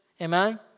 amen